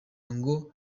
ngo